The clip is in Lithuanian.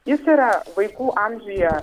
jis yra vaikų amžiuje